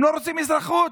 הם לא רוצים אזרחות.